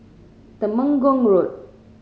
Temenggong Road